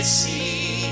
see